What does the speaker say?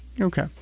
Okay